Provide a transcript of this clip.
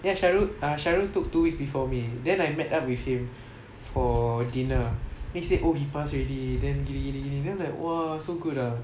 then sharul ah sharul took two weeks before me then I met up with him for dinner he said oh he pass already then gini gini gini then I'm like !wah! so good ah